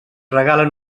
regalen